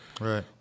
Right